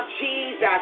Jesus